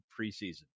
preseason